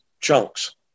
chunks